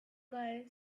guy